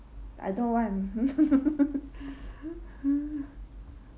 I don't want